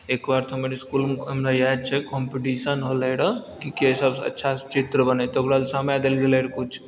एकबार तऽ हमर इसकुलमे हमरा याद छै कॉम्पीटिशन होलै रहऽ की के सब सऽ अच्छा चित्र बनेतै ओकरा लए समय देल गेलै रहै किछु